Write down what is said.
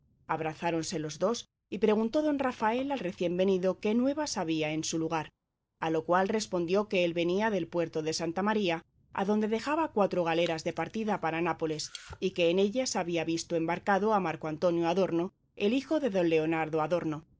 visto abrazáronse los dos y preguntó don rafael al recién venido qué nuevas había en su lugar a lo cual respondió que él venía del puerto de santa maría adonde dejaba cuatro galeras de partida para nápoles y que en ellas había visto embarcado a marco antonio adorno el hijo de don leonardo adorno